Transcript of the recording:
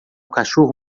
cachorro